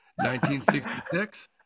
1966